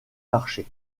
marchés